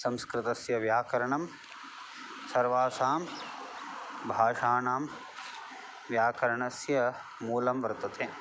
संस्कृतस्य व्याकरणं सर्वासां भाषाणां व्याकरणस्य मूलं वर्तते